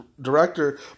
director